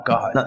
God